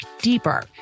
deeper